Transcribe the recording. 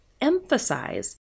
emphasize